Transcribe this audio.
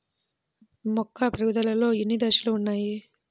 మొక్క పెరుగుదలలో ఎన్ని దశలు వున్నాయి?